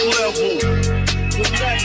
level